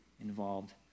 involved